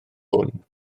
hwn